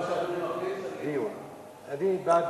מה שאדוני מחליט, אני בעד.